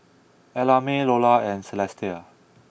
Ellamae Lola and Celestia